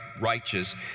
righteous